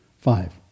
Five